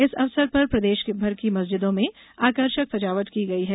इस अवसर पर प्रदेशभर की मस्जिदों में आकर्षक सजावट की गई है